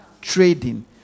trading